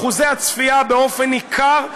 אחוזי הצפייה עלו באופן ניכר,